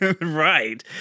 Right